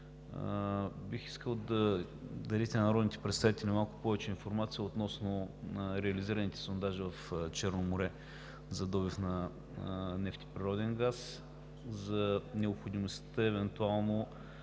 Бих искал да дадете на народните представители малко повече информация относно реализираните сондажи в Черно море за добив на нефт и природен газ и би ли инициирало